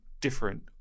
different